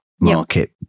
market